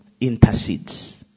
intercedes